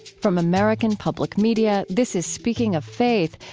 from american public media, this is speaking of faith,